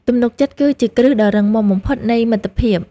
ទំនុកចិត្តគឺជាគ្រឹះដ៏រឹងមាំបំផុតនៃមិត្តភាព។